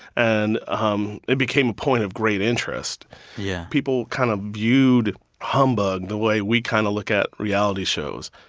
and um it became a point of great interest yeah people kind of viewed humbug the way we kind of look at reality shows.